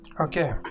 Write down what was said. Okay